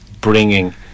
bringing